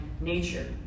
nature